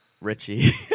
Richie